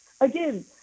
again